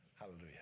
Hallelujah